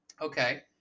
Okay